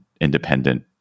independent